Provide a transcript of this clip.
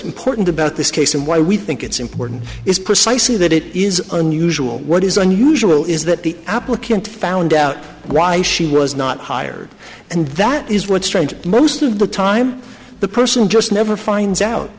important about this case and why we think it's important is precisely that it is unusual what is unusual is that the applicant found out why she was not hired and that is what strange most of the time the person just never finds out